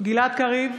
גלעד קריב,